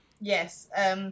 Yes